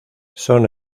son